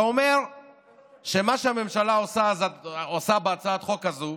זה אומר שמה שהממשלה עושה בהצעת החוק הזו